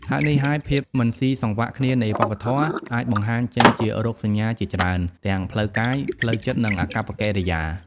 ហេតុនេះហើយ ភាពមិនស៊ីសង្វាក់គ្នានៃវប្បធម៌អាចបង្ហាញចេញជារោគសញ្ញាជាច្រើន ទាំងផ្លូវកាយ ផ្លូវចិត្ត និងអាកប្បកិរិយា។